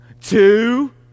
two